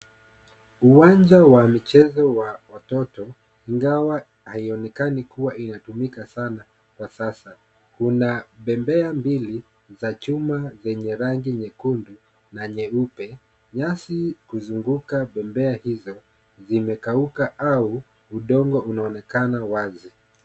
Uwanja wa michezo wa watoto ingawa haionekani kuwa inatumika sana kwa sasa. Kuna bembea mbili za chuma zenye rangi nyekundu na nyeupe. Nyasi kuzunguka bembea hizo zimekauka au udongo unaonekana wazi.